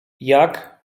jak